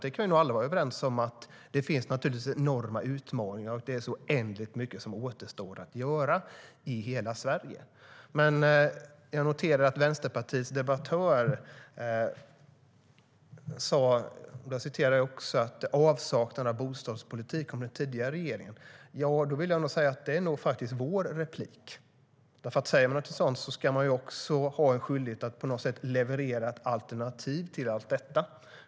Vi kan nog alla vara överens om att det finns enorma utmaningar och att oändligt mycket återstår att göra i hela Sverige.Jag noterade att Vänsterpartiets debattör talade om avsaknaden av bostadspolitik från den tidigare regeringen. Då vill jag säga att det nog är vår replik. Säger man någonting sådant har man också skyldighet att leverera ett alternativ till allt detta.